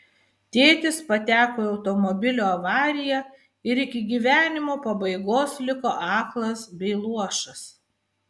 tėtis pateko į automobilio avariją ir iki gyvenimo pabaigos liko aklas bei luošas